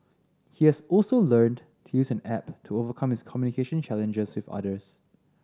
he has also learnt to use an app to overcome his communication challenges with others